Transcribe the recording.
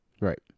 Right